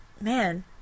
man